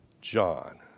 John